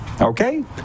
okay